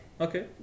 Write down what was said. Okay